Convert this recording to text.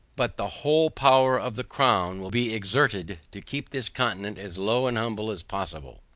but the whole power of the crown will be exerted, to keep this continent as low and humble as possible?